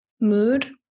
mood